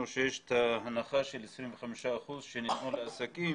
שיש את ההנחה של 25 אחוזים שניתנו לעסקים,